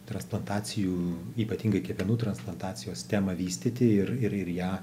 transplantacijų ypatingai kepenų transplantacijos temą vystyti ir ir ir ją